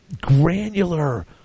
granular